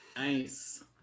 Nice